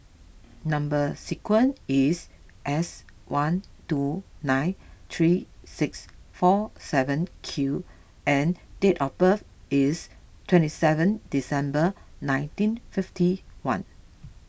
Number Sequence is S one two nine three six four seven Q and date of birth is twenty seven December nineteen fifty one